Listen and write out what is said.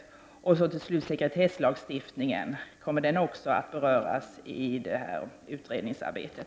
Kommer även sekretesslagstiftningen att beröras i utredningsarbetet?